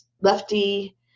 lefty